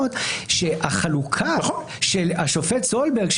כן ממחישות שהחלוקה של השופט סולברג,